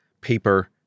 paper